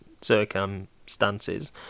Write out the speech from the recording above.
circumstances